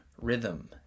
rhythm